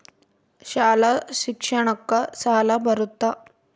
ಶಾಲಾ ಶಿಕ್ಷಣಕ್ಕ ಸಾಲ ಬರುತ್ತಾ?